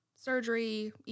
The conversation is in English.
surgery